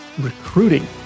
recruiting